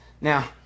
Now